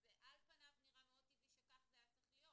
זה על פניו נראה מאוד טבעי שכך זה היה צריך להיות.